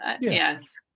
Yes